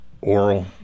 oral